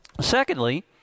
Secondly